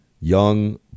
young